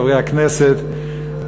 חברי הכנסת,